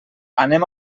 anem